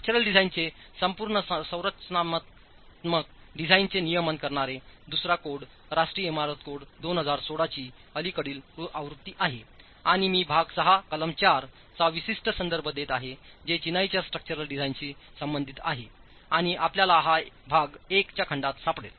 structural डिझाइनचे संपूर्ण संरचनात्मक डिझाइनचे नियमन करणारे दुसरा कोड राष्ट्रीय इमारत कोड 2016 ची अलीकडील आवृत्ती आहे आणि मी भाग 6 कलम4 चा विशिष्ट संदर्भ देत आहे जे चिनाईच्या स्ट्रक्चरल डिझाइनशीसंबंधित आहे आणि आपल्याला हा भाग 1 च्या खंडात सापडेल